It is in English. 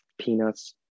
peanuts